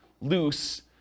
loose